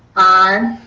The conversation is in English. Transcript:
aye.